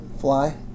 fly